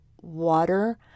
water